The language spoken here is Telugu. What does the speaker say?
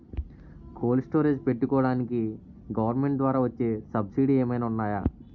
కోల్డ్ స్టోరేజ్ పెట్టుకోడానికి గవర్నమెంట్ ద్వారా వచ్చే సబ్సిడీ ఏమైనా ఉన్నాయా?